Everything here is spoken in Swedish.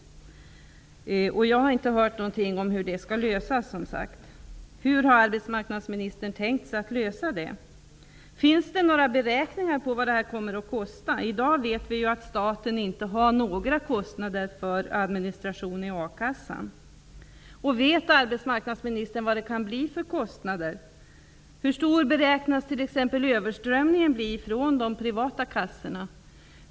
Jag har, som sagt, inte hört någonting om hur den uppgiften skall klaras. Hur har arbetsmarknadsministern tänkt lösa denna fråga? Finns det några beräkningar av vad detta kommer att kosta? Staten har i dag inte några kostnader för administration av a-kassan. Vet arbetsmarknadsministern vilka kostnaderna kan bli? Hur stor beräknas t.ex. överströmningen bli från de privata kassorna?